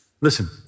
Listen